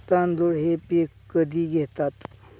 तांदूळ हे पीक कधी घेतात?